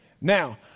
Now